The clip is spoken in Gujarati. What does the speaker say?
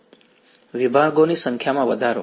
વિદ્યાર્થી વિભાગોની સંખ્યામાં વધારો